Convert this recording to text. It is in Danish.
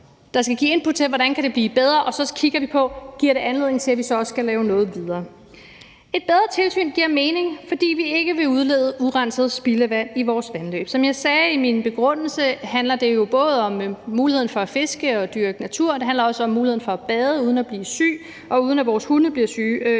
der skal give input til, hvordan det kan blive bedre, og så skal vi kigge på, om det giver anledning til, at vi skal gøre noget yderligere. Et bedre tilsyn giver mening, fordi vi ikke vil udlede urenset spildevand i vores vandløb. Som jeg sagde i min begrundelse, handler det jo både om muligheden for at fiske og dyrke naturen og muligheden for at bade uden at blive syg, og uden at vores hunde bliver syge,